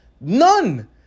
None